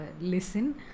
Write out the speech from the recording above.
listen